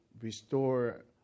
restore